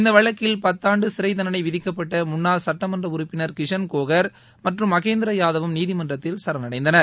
இந்த வழக்கில் பத்தாண்டு சிறை தண்டனை விதிக்கப்பட்ட முன்னாள் சுட்டமன்ற உறுப்பினர் கிஷன் கோகர் மற்றும் மகேந்திர யாதவும் நீதிமன்றத்தில் சரண்டைந்தனர்